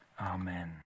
Amen